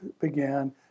began